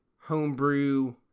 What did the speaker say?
homebrew